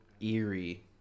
eerie